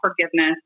forgiveness